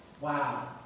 Wow